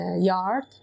yard